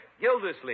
Gildersleeve